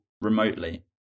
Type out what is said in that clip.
remotely